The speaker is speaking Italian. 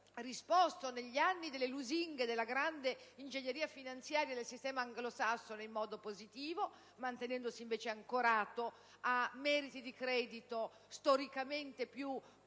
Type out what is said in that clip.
- negli anni delle lusinghe della grande ingegneria finanziaria del sistema anglosassone non ha risposto in modo positivo, mantenendosi invece ancorato a meriti di credito storicamente più consolidati